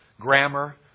grammar